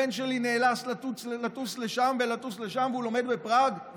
הבן שלי נאלץ לטוס לשם ולטוס לשם והוא לומד בפראג.